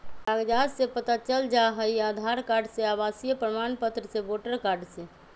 कागज से पता चल जाहई, आधार कार्ड से, आवासीय प्रमाण पत्र से, वोटर कार्ड से?